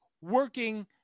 working